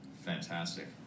Fantastic